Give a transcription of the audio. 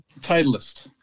Titleist